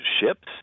ships